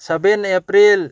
seven April